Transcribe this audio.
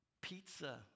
Pizza